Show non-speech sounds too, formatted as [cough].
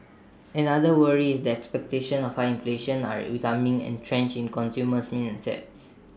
another worry is that expectations of high inflation are becoming entrenched in consumer [unintelligible]